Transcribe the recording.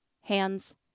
hands